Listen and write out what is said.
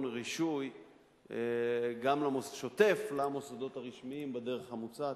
רישוי שוטף למוסדות הרשמיים בדרך המוצעת.